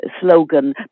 slogan